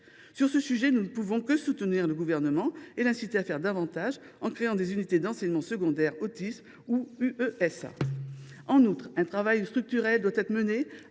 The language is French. Sur ce sujet, nous ne pouvons que soutenir le Gouvernement et l’inciter à faire davantage en créant des unités d’enseignement secondaire autisme (UESA). En outre, un travail structurel doit être mené